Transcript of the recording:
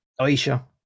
Aisha